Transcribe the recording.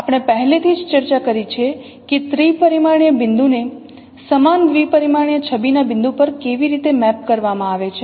આપણે પહેલેથી જ ચર્ચા કરી છે કે ત્રિપરિમાણીય બિંદુને સમાન દ્વિપરિમાણીય છબી ના બિંદુ પર કેવી રીતે મેપ કરવામાં આવે છે